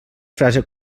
frase